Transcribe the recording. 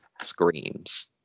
screams